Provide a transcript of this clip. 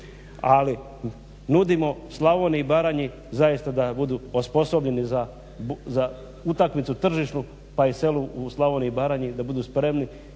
Ali, nudimo Slavoniji i Baranji zaista da budu osposobljeni za utakmicu tržišnu, pa i selu u Slavoniji i Baranji da budu spremni